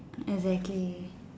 exactly